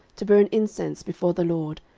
to burn incense before the lord,